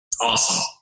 awesome